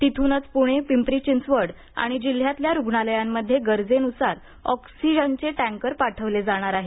तिथूनच पुणे पिंपरी चिंचवड आणि जिल्ह्यातल्या रुग्णालयांमध्ये गरजेनुसार ऑक्सिजनचे टँकर पाठवले जाणार आहेत